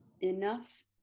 enough